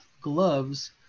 gloves